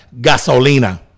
Gasolina